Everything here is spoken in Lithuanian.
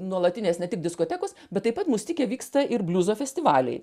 nuolatinės ne tik diskotekos bet taip pat mustike vyksta ir bliuzo festivaliai